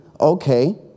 Okay